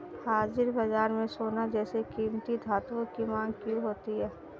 हाजिर बाजार में सोना जैसे कीमती धातुओं की मांग क्यों होती है